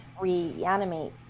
reanimate